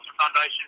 Foundation